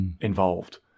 involved